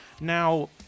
Now